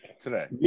today